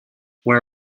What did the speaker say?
where